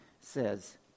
says